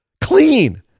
Clean